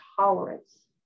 tolerance